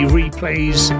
replays